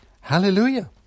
Hallelujah